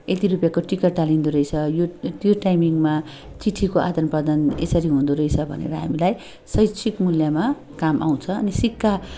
यति रुपियाँको टिकट टाँसिदो रहेछ यो त्यो टाइमिङमा चिठीको आदन प्रदान यसरी हुँदो रहेछ भनेर हामीलाई शैक्षिक मूल्यमा काम आउँछ अनि सिक्का